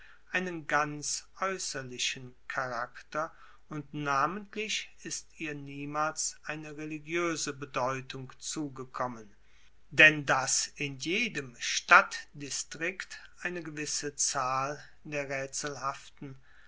einen ganz aeusserlichen charakter und namentlich ist ihr niemals eine religioese bedeutung zugekommen denn dass in jedem stadtdistrikt eine gewisse zahl der raetselhaften